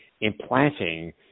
implanting